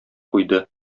куйды